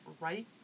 right